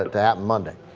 that monday